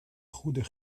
goede